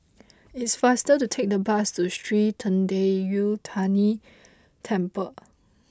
it is faster to take the bus to Sri Thendayuthapani Temple